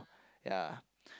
ya